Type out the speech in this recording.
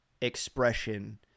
expression